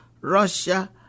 Russia